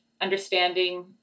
understanding